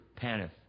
Paneth